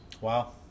Wow